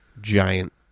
giant